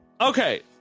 Okay